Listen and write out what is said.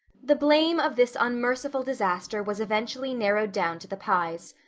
the blame of this unmerciful disaster was eventually narrowed down to the pyes.